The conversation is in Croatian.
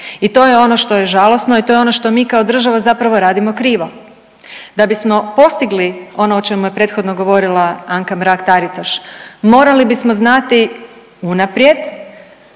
i to je ono što je žalosno i to je ono što mi kao država zapravo radimo krivo. Da bismo postigli ono o čemu je prethodno govorila Anka Mrak-Taritaš morali bismo znati unaprijed